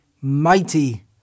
mighty